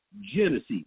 Genesis